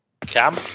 Cam